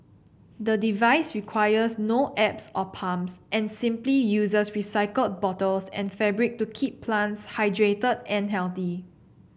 the device requires no apps or pumps and simply uses recycled bottles and fabric to keep plants hydrated and healthy